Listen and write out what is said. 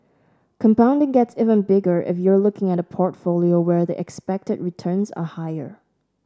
compounding gets even bigger if you're looking at a portfolio where the expected returns are higher